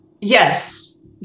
Yes